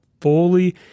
fully